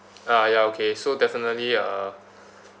ah ya okay so definitely uh